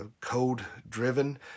code-driven